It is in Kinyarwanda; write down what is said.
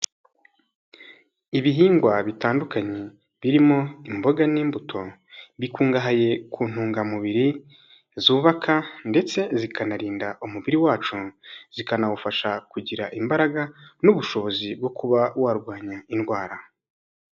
Ibihingwa bitandukanye birimo imboga n'imbuto, bikungahaye ku ntungamubiri zubaka ndetse zikanarinda umubiri wacu, zikanawufasha kugira imbaraga n'ubushobozi bwo kuba warwanya indwara.